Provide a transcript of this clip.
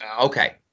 Okay